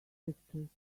pictures